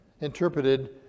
interpreted